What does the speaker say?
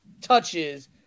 touches